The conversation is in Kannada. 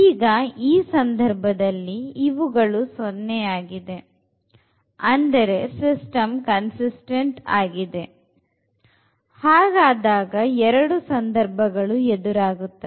ಈಗ ಈ ಸಂದರ್ಭದಲ್ಲಿ ಇವುಗಳು 0 ಆಗಿದೆ ಅಂದರೆ ಸಿಸ್ಟಮ್ ಕನ್ಸಿಸ್ತೆಂಟ್ ಆಗಿರುತ್ತದೆ ಹಾಗಾದಾಗ ಎರಡು ಸಂದರ್ಭಗಳು ಎದುರಾಗುತ್ತದೆ